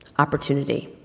opportunity.